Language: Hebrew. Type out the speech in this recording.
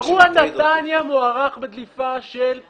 אירוע נתניה מוערך בדליפה של מאות גרם